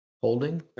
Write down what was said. Holding